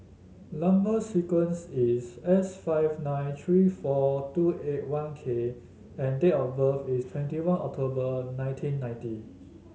number sequence is S five nine three four two eight one K and date of birth is twenty one October nineteen ninety